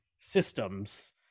Systems